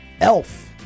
Elf